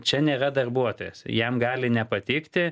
čia nėra darbuotojas jam gali nepatikti